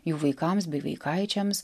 jų vaikams bei vaikaičiams